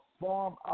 farm